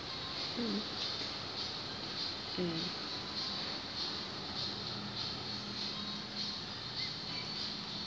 mm